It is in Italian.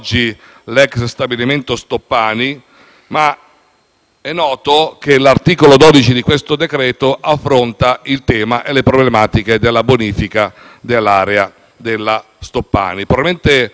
È noto che l'articolo 12 del decreto-legge in discussione affronta il tema e le problematiche della bonifica dell'area della Stoppani, probabilmente poco conosciuta ai più,